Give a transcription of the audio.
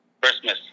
Christmas